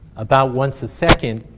about once a second,